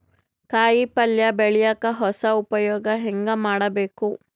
ಕಾಯಿ ಪಲ್ಯ ಬೆಳಿಯಕ ಹೊಸ ಉಪಯೊಗ ಹೆಂಗ ಮಾಡಬೇಕು?